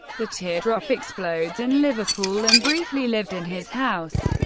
the teardrop explodes, in liverpool and briefly lived in his house.